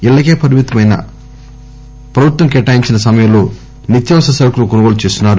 ఇళ్లకే పరిమితమై ప్రభుత్వం కేటాయించిన సమయంలో నిత్యవసర సరుకులు కొనుగోలు చేస్తున్నారు